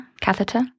catheter